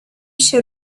się